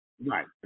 right